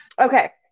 Okay